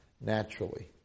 naturally